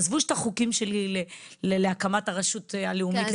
עזבו שאת החוקים שלי להקמת הרשות הלאומית למניעת אובדנות --- כן,